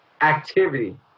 activity